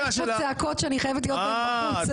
פה צעקות שאני חייבת להיות בחוץ.